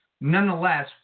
Nonetheless